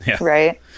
right